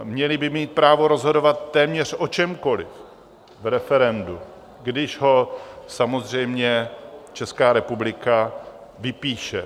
Měli by mít právo rozhodovat téměř o čemkoliv v referendu, když ho samozřejmě Česká republika vypíše.